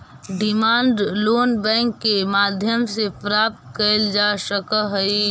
demand loan bank के माध्यम से प्राप्त कैल जा सकऽ हइ